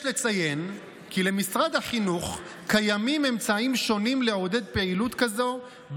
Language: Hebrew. יש לציין כי למשרד החינוך קיימים אמצעים שונים לעודד פעילות כזאת,